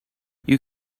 you